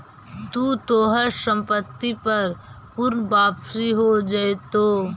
तू तोहार संपत्ति पर पूर्ण वापसी हो जाएतो